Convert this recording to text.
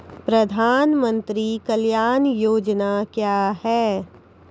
प्रधानमंत्री कल्याण योजना क्या हैं?